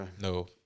No